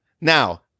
now